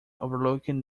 overlooking